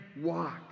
walk